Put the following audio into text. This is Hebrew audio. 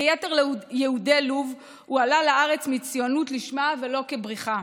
כיתר יהודי לוב הוא עלה לארץ מציונות לשמה ולא כבריחה.